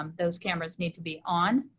um those cameras need to be on.